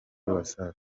wasafi